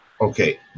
Okay